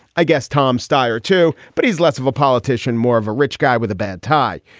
i guess. tom stier, too. but he's less of a politician, more of a rich guy with a bad tie.